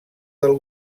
del